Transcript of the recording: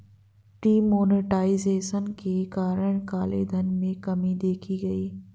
D monetization के कारण काले धन में कमी देखी गई